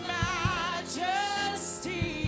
majesty